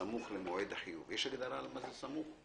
בסמוך למועד החיוב." יש הגדרה ל"סמוך"?